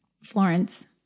Florence